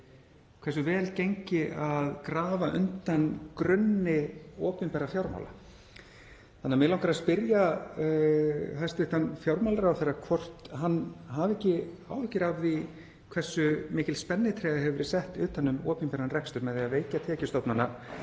hversu vel gengi að grafa undan grunni opinberra fjármála. Þannig að mig langar að spyrja hæstv. fjármálaráðherra hvort hann hafi ekki áhyggjur af því hversu mikil spennitreyja hefur verið sett utan um opinberan rekstur með því að veikja tekjustofnana